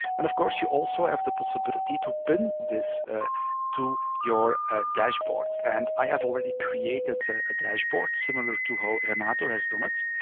and of course, you also have the possibility to pin this to your ah dashboard. and i have already created a dashboard similar to how renato has done it,